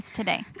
today